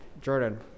Jordan